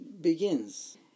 begins